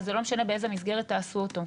וזה לא משנה באיזה מסגרת תעשו אותו,